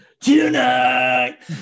tonight